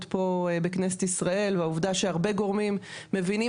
פה בכנסת ישראל והעובדה שהרבה גורמים מבינים,